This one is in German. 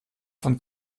von